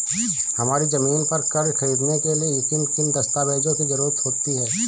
हमारी ज़मीन पर कर्ज ख़रीदने के लिए किन किन दस्तावेजों की जरूरत होती है?